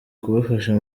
kubafasha